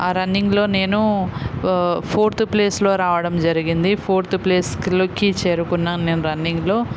ఆ రన్నింగ్లో నేను ఫోర్త్ ప్లేస్లో రావడం జరిగింది ఫోర్త్ ప్లేస్ లోకి చేరుకున్నాను నేను రన్నింగ్లో